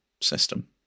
system